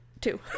Two